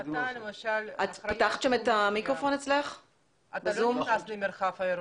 אתה למשל אחראי --- אתה לא נכנס למרחב העירוני.